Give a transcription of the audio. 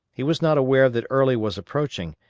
he was not aware that early was approaching,